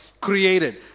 created